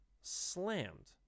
slammed